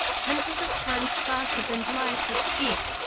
hundreds of times faster than light at peak,